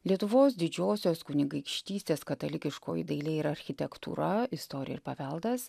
lietuvos didžiosios kunigaikštystės katalikiškoji dailė ir architektūra istorija ir paveldas